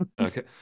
Okay